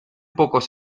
pocos